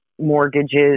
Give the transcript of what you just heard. mortgages